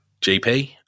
GP